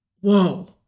Whoa